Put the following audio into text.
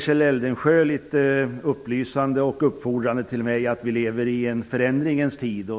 Kjell Eldensjö säger litet upplysande och uppfordrande till mig att vi lever i en förändringens tid.